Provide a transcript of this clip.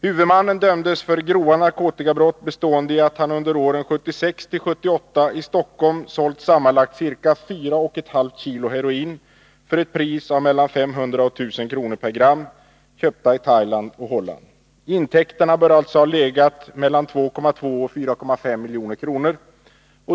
Huvudmannen dömdes för grova narkotikabrott, bestående i att han under åren 1976-1978 i Stockholm sålt sammanlagt ca 4,5 kg heroin, köpt i Thailand och Holland, för ett pris av mellan 500 och 1 000 kr. per gram. Intäkterna bör alltså ha legat på mellan 2,2 och 4,5 milj.kr.